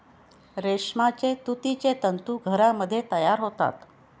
रेशमाचे तुतीचे तंतू घरामध्ये तयार होतात